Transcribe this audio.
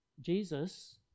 Jesus